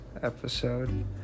episode